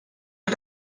los